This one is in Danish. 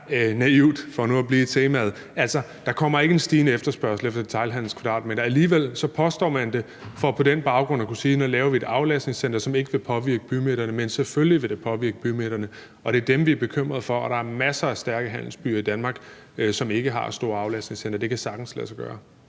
er naivt – for nu at blive i temaet. Altså, der kommer ikke en stigende efterspørgsel efter detailhandelskvadratmeter, alligevel påstår man det for på den baggrund at kunne sige: Nu laver vi et aflastningscenter, som ikke vil påvirke bymidterne. Men selvfølgelig vil det påvirke bymidterne, og det er dem, vi er bekymret for, og der er masser af stærke handelsbyer i Danmark, som ikke har et stort aflastningscenter. Det kan sagtens lade sig gøre.